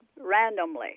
randomly